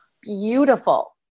beautiful